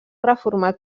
reformat